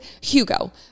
Hugo